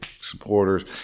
supporters